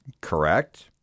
Correct